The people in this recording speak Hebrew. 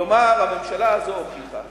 כלומר, הממשלה הזאת הוכיחה